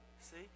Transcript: See